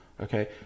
okay